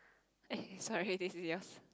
okay sorry this is yours